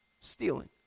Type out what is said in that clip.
Stealing